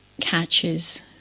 catches